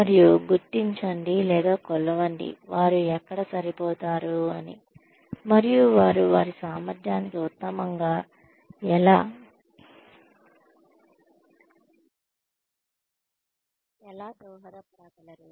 మరియు గుర్తించండి లేదా కొలవండి వారు ఎక్కడ సరిపోతారు అని మరియు వారు వారి సామర్థ్యానికి ఉత్తమంగా ఎలా దోహదపడగలరు